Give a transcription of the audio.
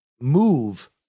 move